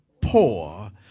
poor